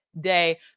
day